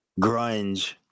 grunge